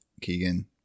Keegan